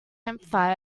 campfire